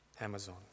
Amazon